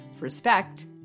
respect